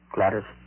Gladys